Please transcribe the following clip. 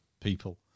people